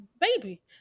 Baby